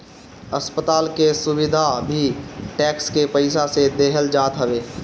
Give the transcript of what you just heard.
अस्पताल के सुविधा भी टेक्स के पईसा से देहल जात हवे